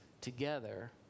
together